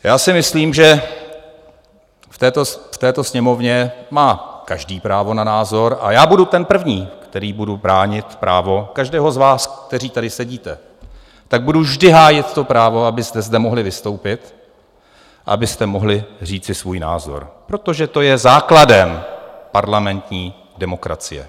Já si myslím, že v této Sněmovně má každý právo na názor, a já budu ten první, který budu bránit právo každého z vás, kteří tady sedíte, tak budu vždy hájit to právo, abyste zde mohli vystoupit a abyste mohli říci svůj názor, protože to je základem parlamentní demokracie.